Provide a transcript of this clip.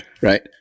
right